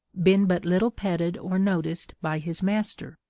been but little petted or noticed by his master.